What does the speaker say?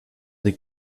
des